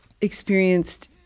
experienced